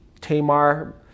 Tamar